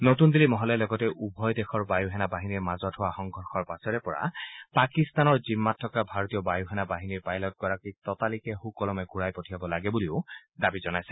নতুন দিল্লী মহলে লগতে উভয় দেশৰ বায়ু সেনা বাহিনীৰ মাজত হোৱা সংঘৰ্ষৰ পাছৰে পৰা পাকিস্তানৰ জিম্মাত থকা ভাৰতীয় বায়ু সেনা বাহিনীৰ পাইলটগৰাকীক ততালিকে সুকলমে ঘূৰাই পঠিয়াব লাগে বুলি দাবী জনাইছে